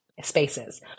spaces